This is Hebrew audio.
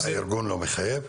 הארגון לא מחייב?